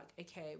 okay